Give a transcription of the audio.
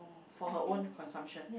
for her own consumption